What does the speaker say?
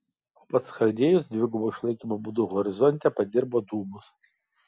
o pats chaldėjus dvigubo išlaikymo būdu horizonte padirbo dūmus